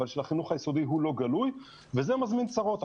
אבל של החינוך היסודי הוא לא גלוי וזה מזמן צרות.